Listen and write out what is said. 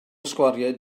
sgwariau